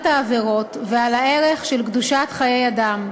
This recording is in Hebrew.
העבירות ועל הערך של קדושת חיי אדם,